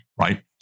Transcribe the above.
right